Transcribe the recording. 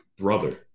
brother